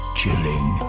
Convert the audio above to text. chilling